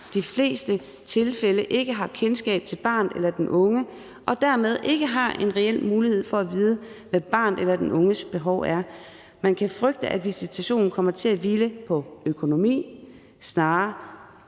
de fleste tilfælde ikke har kendskab til barnet eller den unge, og dermed ikke har en reel mulighed for at vide, hvad barnets eller den unges behov er. Man kan frygte, at visitationen kommer til at hvile på økonomi snarere